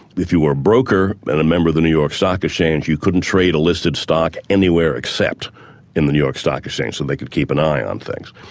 if you were a broker, and a member of the new york stock exchange, you couldn't trade a listed stock anywhere except in the new york stock exchange, so they could keep an eye on things.